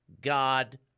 God